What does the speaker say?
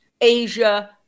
Asia